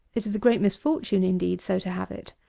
it is a great misfortune, indeed, so to have it.